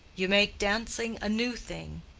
you make dancing a new thing,